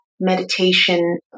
Meditation